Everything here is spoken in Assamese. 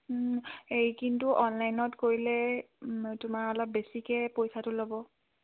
এই কিন্তু অনলাইনত কৰিলে তোমাৰ অলপ বেছিকৈ পইচাটো ল'ব